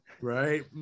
Right